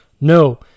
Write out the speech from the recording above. no